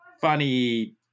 funny